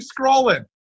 scrolling